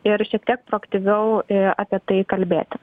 ir šiek tiek produktyviau apie tai kalbėti